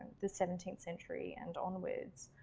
the seventeenth century and onwards.